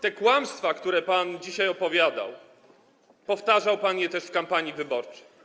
Te kłamstwa, które pan dzisiaj opowiadał, powtarzał pan też w kampanii wyborczej.